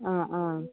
ആ ആ